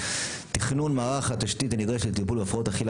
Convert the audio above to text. (3) תכנון מערך התשתית הנדרשת לטיפול בהפרעות אכילה